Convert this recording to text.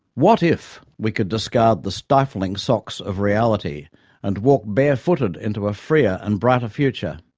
what if we could discard the stifling socks of reality and walk bare-footed into a freer and brighter future?